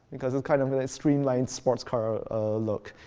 because it's kind of of of a streamlined, sports car look.